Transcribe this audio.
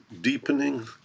deepening